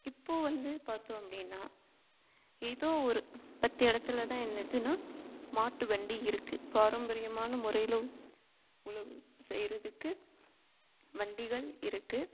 இப்போ வந்து பார்த்தோம் அப்படின்னா ஏதோ ஒரு பத்து இடத்துல தான் என்னதுனா மாட்டு வண்டி இருக்குது பாரம்பரியமான முறையிலும் உழவு செய்கிறதுக்கு வண்டிகள் இருக்குது